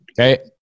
Okay